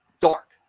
Dark